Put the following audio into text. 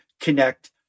connect